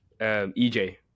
EJ